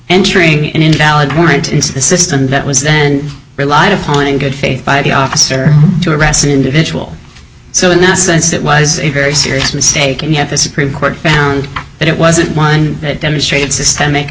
entering an invalid warrant is a system that was then relied upon in good faith by the officer to address an individual so in that sense that was a very serious mistake and yet the supreme court found that it wasn't one that demonstrated systemic